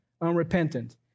unrepentant